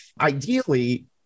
ideally